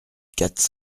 quatre